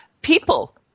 people